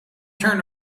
turn